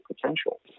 potential